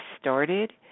started